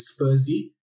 spursy